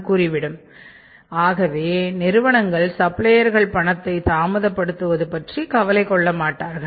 கூறிவிடும் ஆகவே நிறுவனங்கள் சப்ளையர்கள் பணத்தை தாமதப்பபடுத்துவது பற்றி கவலை கொள்ளமாட்டார்